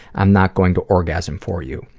i'm not going to orgasm for you.